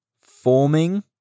forming